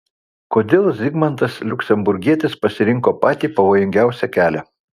kodėl zigmantas liuksemburgietis pasirinko patį pavojingiausią kelią